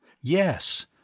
Yes